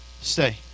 Stay